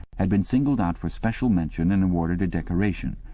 had been singled out for special mention and awarded a decoration,